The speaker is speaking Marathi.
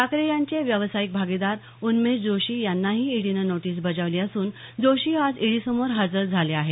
ठाकरे यांचे व्यावसायिक भागीदार उन्मेश जोशी यांनाही ईडीनं नोटीस बजावली असून जोशी आज ईडी समोर हजर झाले आहेत